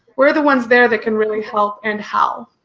what are the ones there that can really help? and how?